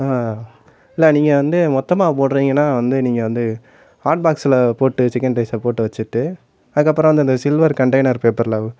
ஆ இல்லை நீங்கள் வந்து மொத்தமாக போடறீங்கனா வந்து நீங்கள் வந்து ஹாட் பாக்ஸில் போட்டு சிக்கன் ரைஸ்ஸை போட்டு வச்சுட்டு அதுக்கப்புறம் அந்தந்த சில்வர் கண்டைனர் பேப்பரில்